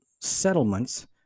settlements